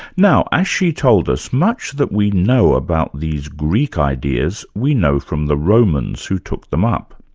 now, as she told us, much that we know about these greek ideas, we know from the romans who took them up.